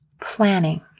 planning